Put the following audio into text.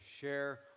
share